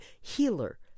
Healer